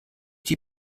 die